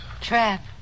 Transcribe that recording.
Trap